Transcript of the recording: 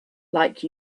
like